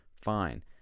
fine